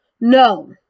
no